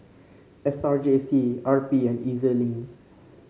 S R J C R P and E Z Link